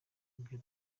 ibyo